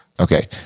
Okay